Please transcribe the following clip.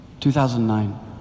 2009